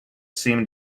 seemed